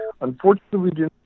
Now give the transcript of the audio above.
unfortunately